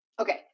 Okay